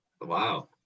wow